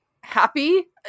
happy